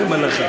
אני אומר לכם.